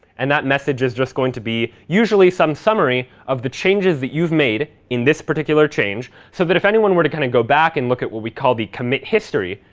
and that message is just going to be usually some summary of the changes that you've made in this particular change so that if anyone were to kind of go back and look at what we call the commit history,